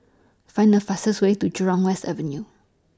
Find The fastest Way to Jurong West Avenue